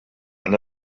and